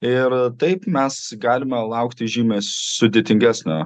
ir taip mes galime laukti žymiai sudėtingesnio